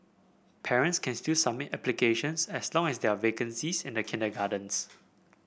parents can still submit applications as long as there are vacancies in the kindergartens